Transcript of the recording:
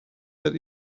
that